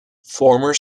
former